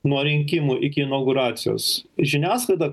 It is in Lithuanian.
nuo rinkimų iki inauguracijos žiniasklaida